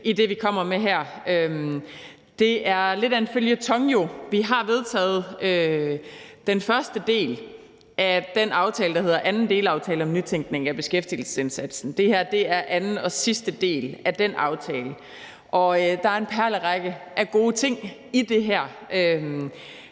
i det, vi kommer med her. Det er jo lidt af en føljeton. Vi har vedtaget den første del af den aftale, der hedder »Anden delaftale om nytænkning af beskæftigelsesindsatsen«. Det her er anden og sidste del af den aftale, og der er en perlerække af gode ting i det her.